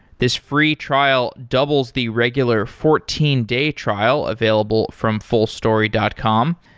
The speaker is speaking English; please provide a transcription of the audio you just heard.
this free trial doubles the regular fourteen day trial available from fullstory dot com.